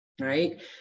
right